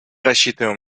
рассчитываем